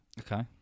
okay